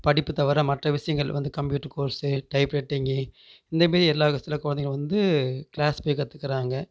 படிப்பு தவிர மற்ற விஷயங்கள் வந்து கம்யூட்ரு கோர்ஸு டைப்ரைட்டிங்கி இந்தமாரி எல்லா சில குழந்தைகள் வந்து கிளாஸ் போய் கற்றுக்கறாங்க